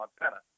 Montana